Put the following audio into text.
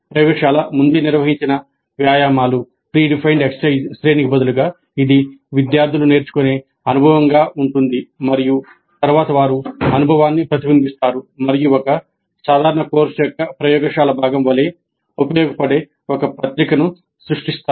ప్రయోగశాల ముందే నిర్వచించిన వ్యాయామాల శ్రేణికి బదులుగా ఇది విద్యార్థులు నేర్చుకునే అనుభవంగా ఉంటుంది మరియు తరువాత వారు అనుభవాన్ని ప్రతిబింబిస్తారు మరియు ఒక సాధారణ కోర్సు యొక్క ప్రయోగశాల భాగం వలె ఉపయోగపడే ఒక పత్రికను సృష్టిస్తారు